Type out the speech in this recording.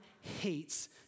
hates